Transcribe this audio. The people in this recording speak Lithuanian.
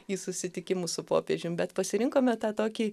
į susitikimus su popiežium bet pasirinkome tą tokį